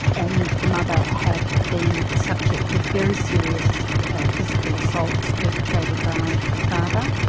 and the mother had been the subject of very serious physical assaults perpetrated by the father.